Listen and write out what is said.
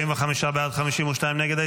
45 בעד, 52 נגד.